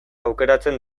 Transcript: aukeratzen